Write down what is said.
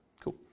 Cool